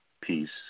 peace